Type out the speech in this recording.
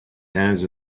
hands